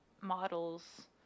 Models